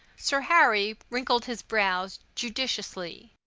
sir harry wrinkled his brows judiciously.